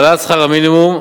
העלאת שכר המינימום,